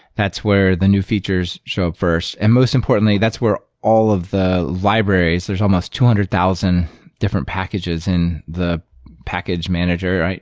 that's where the new features show up first. and most importantly, that's where all of the libraries. there're almost two hundred thousand different packages in the package manager,